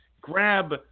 grab